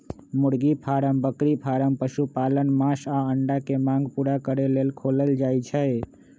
मुर्गी फारम बकरी फारम पशुपालन मास आऽ अंडा के मांग पुरा करे लेल खोलल जाइ छइ